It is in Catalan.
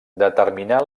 determinar